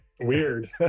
Weird